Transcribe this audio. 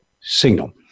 signal